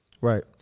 Right